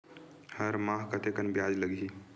हर माह कतेकन ब्याज लगही?